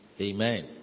Amen